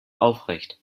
aufrecht